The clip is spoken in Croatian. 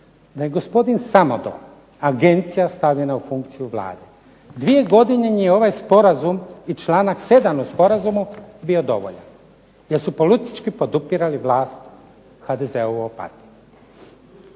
da je gospodin Samodol, Agencija stavljena u funkciju Vladi. Dvije godine je ovaj sporazum i članak 7. u sporazumu bio dovoljan jer su politički podupirali vlast HDZ-a u Opatiji.